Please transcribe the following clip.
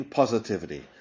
positivity